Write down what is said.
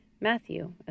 Matthew